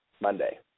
Monday